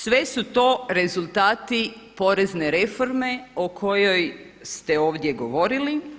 Sve su to rezultati porezne reforme o kojoj ste ovdje govorili.